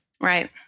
Right